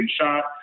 shot